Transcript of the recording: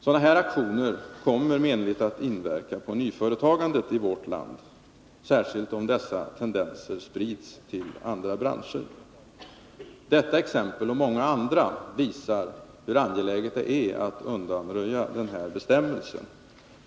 Sådana aktioner kommer att inverka menligt på nyföretagandet, särskilt om tendenserna sprids till andra branscher. Detta exempel och många andra visar hur angeläget det är att undanröja den aktuella bestammelsen.